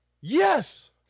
yes